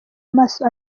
amaso